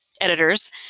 editors